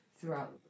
throughout